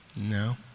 no